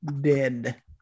dead